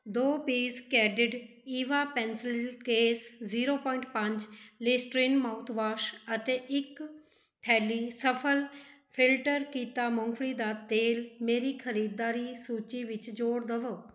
ਦੋ piece cadet EVA pencil case zero point ਪੰਜ Listerine mouthwash ਅਤੇ ਇੱਕ ਥੈਲੀ ਸਫਲ ਫਿਲਟਰ ਕੀਤਾ ਮੂੰਗਫਲੀ ਦਾ ਤੇਲ ਮੇਰੀ ਖਰੀਦਦਾਰੀ ਸੂਚੀ ਵਿੱਚ ਜੋੜ ਦੇਵੋ